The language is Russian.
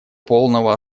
полного